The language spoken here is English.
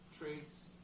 traits